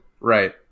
Right